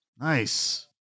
Nice